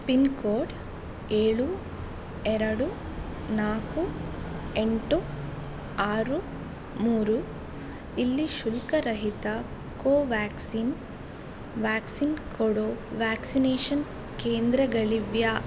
pin code ಏಳು ಎರಡು ನಾಲ್ಕು ಎಂಟು ಆರು ಮೂರು ಇಲ್ಲಿ ಶುಲ್ಕರಹಿತ ಕೋವ್ಯಾಕ್ಸಿನ್ ವ್ಯಾಕ್ಸಿನ್ ಕೊಡೋ ವ್ಯಾಕ್ಸಿನೇಷನ್ ಕೇಂದ್ರಗಳಿವೆಯಾ